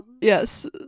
Yes